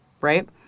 right